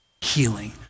healing